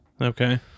Okay